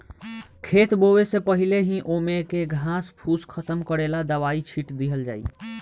खेत बोवे से पहिले ही ओमे के घास फूस खतम करेला दवाई छिट दिहल जाइ